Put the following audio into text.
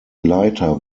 leiter